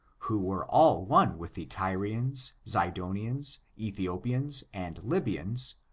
who were all one with the tyrians, zidonians, ethiopians and lybians,